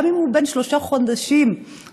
גם אם הוא בן שלושה חודשים כרונולוגית,